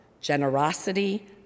generosity